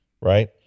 right